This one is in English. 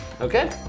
okay